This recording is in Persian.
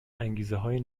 انگیزههای